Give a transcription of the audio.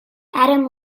adam